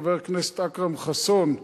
חבר הכנסת אכרם חסון,